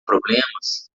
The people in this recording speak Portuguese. problemas